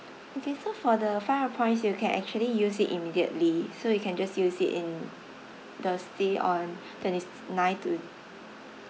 okay so for the five hundred points you can actually use it immediately so you can just use it in the stay on twenty nine to